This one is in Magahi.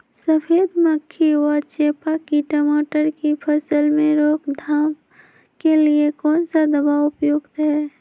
सफेद मक्खी व चेपा की टमाटर की फसल में रोकथाम के लिए कौन सा दवा उपयुक्त है?